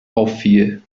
auffiel